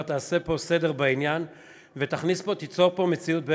תעשה פה סדר בעניין ותיצור פה מציאות,